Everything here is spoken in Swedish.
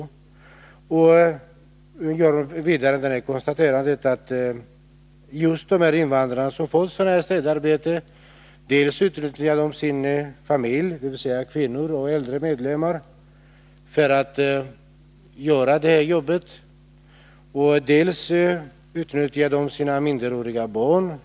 Hon gör vidare konstaterandet att just de invandrare som får sådana här städarbeten utnyttjar dels kvinnor och äldre familjemedlemmar för att göra jobbet, dels sina minderåriga barn.